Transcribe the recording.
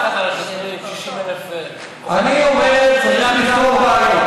60,000, אני אומר: צריך לפתור בעיות.